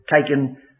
taken